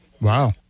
Wow